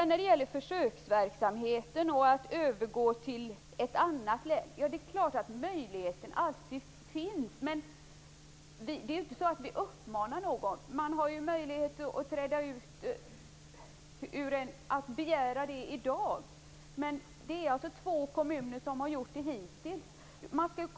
När det gäller försöksverksamheten och att övergå till ett annat län finns alltid möjligheten. Det är ju inte så att vi uppmanar någon. Man har möjlighet att begära utträde i dag. Det är två kommuner som har gjort det hittills.